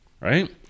right